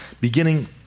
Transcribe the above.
beginning